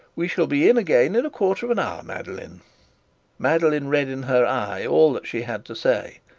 we shall be in again in quarter of an hour, madeline madeline read in her eye all that she had to say,